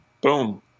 Boom